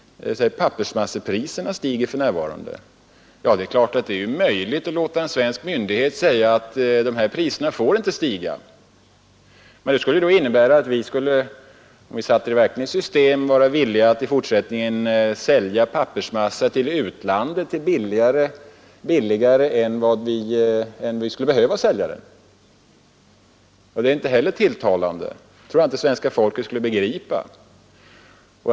Pappersmassepriserna stiger för närvarande. Det är klart att det är möjligt att låta en svensk myndighet säga att priserna inte får stiga. Men det skulle innebära att vi — om vi satte detta i system — i fortsättningen skulle vara villiga att sälja pappersmassa till utlandet billigare än vi skulle behöva. Det är inte heller tilltalande, och jag tror inte att svenska folket skulle begripa detta.